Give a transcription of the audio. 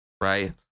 right